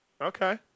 Okay